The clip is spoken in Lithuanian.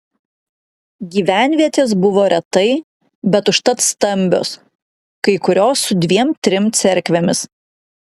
gyvenvietės buvo retai bet užtat stambios kai kurios su dviem trim cerkvėmis